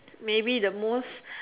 maybe the most